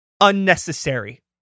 unnecessary